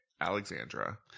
alexandra